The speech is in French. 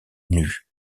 nues